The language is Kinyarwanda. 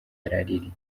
yaraririye